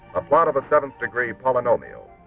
a plot of a second degree polynomial.